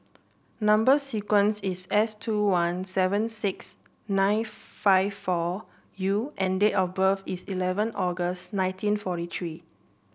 number sequence is S two one seven six nine five four U and date of birth is eleven August nineteen forty three